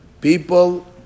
People